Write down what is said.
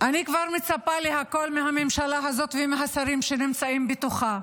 אני כבר מצפה לכול מהממשלה הזאת ומהשרים שנמצאים בתוכה,